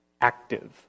active